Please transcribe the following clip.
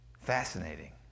Fascinating